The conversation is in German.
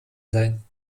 sein